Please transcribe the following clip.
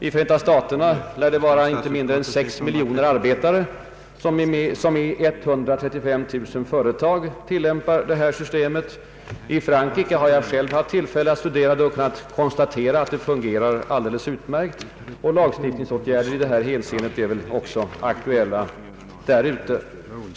I Förenta staterna lär det vara inte mindre än 6 miljoner arbetare som i 135 000 företag tillämpar systemet. I Frankrike har jag själv haft tillfälle att studera det och kunnat konstatera att det fungerar alldeles utmärkt. Lagstiftningsåtgärder i det här hänseendet är också aktuella där ute.